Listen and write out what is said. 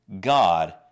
God